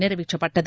நிறைவேற்றப்பட்டது